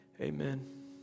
Amen